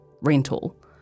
rental